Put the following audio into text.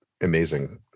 amazing